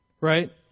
Right